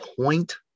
point